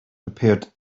prepared